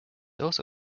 also